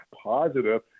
Positive